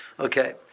Okay